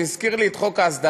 זה הזכיר לי את חוק ההסדרה.